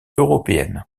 européenne